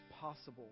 possible